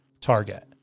target